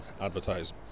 advertise